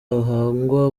hahangwa